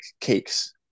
cakes